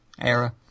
era